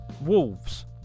Wolves